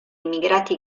immigrati